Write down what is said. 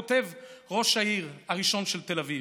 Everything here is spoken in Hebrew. כתב ראש העיר הראשון של תל אביב.